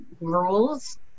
rules